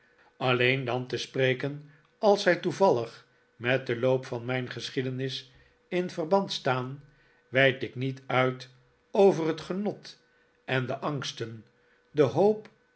alleen dan te spreken als zij toevallig met den loop van mijn geschiedenis in verband staan weid ik niet uit over het genot en de angsten de hoop